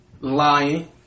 lying